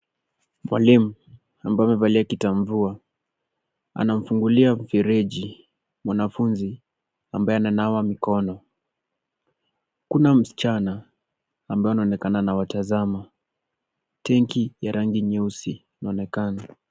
Mwalimu ambaye amevalia kita mvua, anamfungulia mfereji mwanafunzi ambaye ananawa mkono. Kuna msichana ambaye anaonekana anawatazama. Tenki ya rangi nyeusi inaonekana.